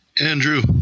Andrew